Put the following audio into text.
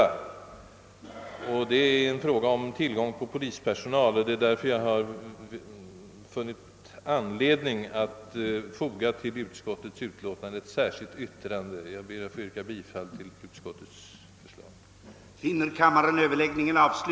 Det är alltså här åter fråga om den bristande tillgången på polispersonal, och därför har jag funnit anledning att foga ett särskilt yttrande härom till utskottets utlåtande. Jag ber, herr talman, att få yrka bifall till utskottets hemställan.